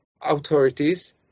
authorities